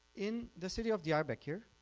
in the city of diarbekir,